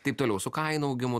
taip toliau su kainų augimu